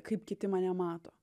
kaip kiti mane mato